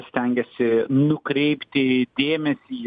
stengiasi nukreipti dėmesį